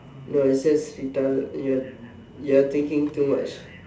no is just retarded ya you are thinking too much